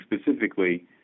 specifically